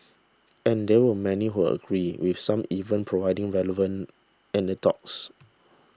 and there were many who agreed with some even providing relevant anecdotes